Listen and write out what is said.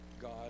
god